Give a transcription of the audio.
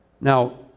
Now